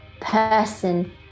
person